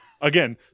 Again